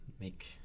Make